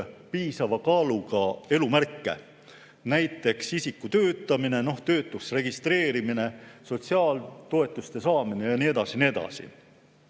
piisava kaaluga elumärke, näiteks isiku töötamine, töötuks registreerimine, sotsiaaltoetuste saamine ja nii edasi